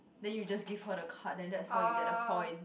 then you just give her the card then that's how you get the point